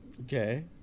okay